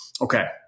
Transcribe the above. Okay